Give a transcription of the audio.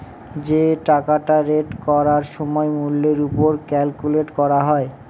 যে টাকাটা রেট করার সময় মূল্যের ওপর ক্যালকুলেট করা হয়